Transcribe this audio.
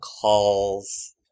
calls